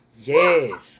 Yes